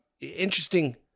interesting